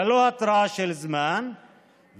ללא התראה של זמן.